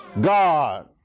God